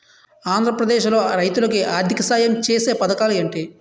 ఆంధ్రప్రదేశ్ లో రైతులు కి ఆర్థిక సాయం ఛేసే పథకాలు ఏంటి?